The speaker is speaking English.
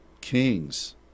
kings